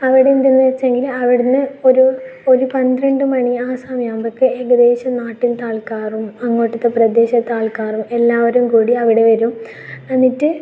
അവിടേതെന്നു വെച്ചെങ്കിൽ അവിടെ നിന്ന് ഒരു ഒരു പന്ത്രണ്ട് മണി ആ സമയമാകുമ്പോഴൊക്കെ ഏകദേശം നാട്ടിലത്തെ ആൾക്കാറും അങ്ങോട്ടത്തെ പ്രദേശത്തെ ആൾക്കാറും എല്ലാവരും കൂടി അവിടെ വരും വന്നിട്ട്